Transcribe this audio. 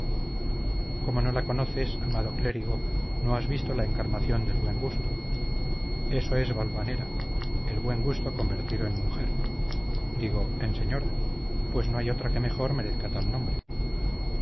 como no la conoces amado clérigo no has visto la encarnación del buen gusto eso es valvanera el buen gusto convertido en mujer digo en señora pues no hay otra que mejor merezca tal nombre